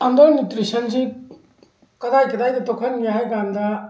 under ꯅ꯭ꯌꯨꯇ꯭ꯔꯤꯁꯟꯁꯤ ꯀꯗꯥꯏ ꯀꯗꯥꯏꯗ ꯊꯣꯛꯍꯟꯒꯦ ꯍꯥꯏ ꯀꯥꯟꯗ